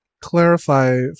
clarify